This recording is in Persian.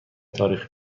تاریخی